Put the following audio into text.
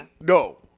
no